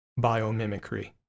biomimicry